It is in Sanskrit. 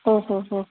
ओ हो हो